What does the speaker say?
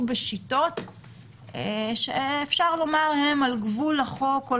בשיטות שאפשר לומר שהן על גבול החוקיות.